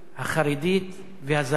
החרדית והזרים.